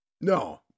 No